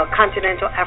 continental